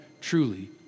truly